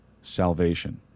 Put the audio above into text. salvation